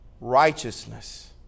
Righteousness